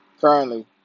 Currently